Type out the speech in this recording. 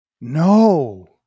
No